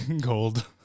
gold